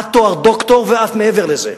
עד תואר דוקטור ואף מעבר לזה.